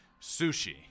Sushi